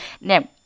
Now